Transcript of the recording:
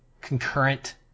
concurrent